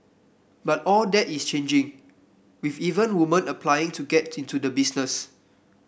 but all that is changing with even women applying to get into the business